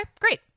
great